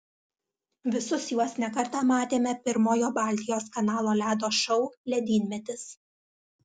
visus juos ne kartą matėme pirmojo baltijos kanalo ledo šou ledynmetis